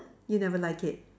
you never like it